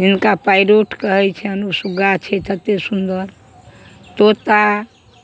जिनका पेरॉट कहय छनि ओ सुग्गा छथि तते सुन्दर तोता